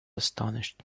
astonished